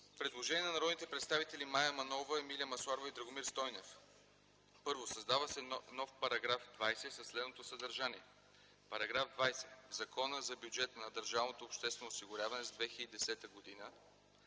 Предложение на народните представители Мая Манолова, Емилия Масларова и Драгомир Стойнев: „1. Създава се нов § 20 със следното съдържание: „§ 20. В Закона за бюджета на държавното обществено осигуряване за 2010 г.,